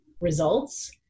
results